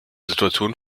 situation